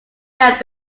that